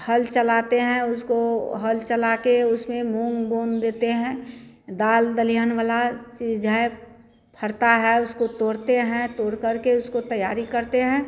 हल चलाते हैं उसको हल चलाकर उसमें मूँग बून देते हैं दाल दलिहन वाली चीज़ है फलता है उसको तोड़ते हैं तोड़कर के उसको तैयारी करते हैं